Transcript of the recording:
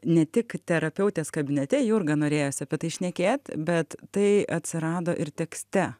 ne tik terapeutės kabinete jurga norėjosi apie tai šnekėt bet tai atsirado ir tekste